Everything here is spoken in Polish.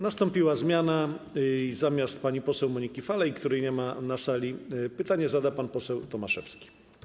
Nastąpiła zmiana - zamiast pani poseł Moniki Falej, której nie ma na sali, pytanie zada pan poseł Tomaszewski.